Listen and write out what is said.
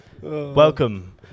Welcome